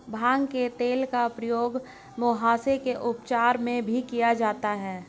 भांग के तेल का प्रयोग मुहासे के उपचार में भी किया जाता है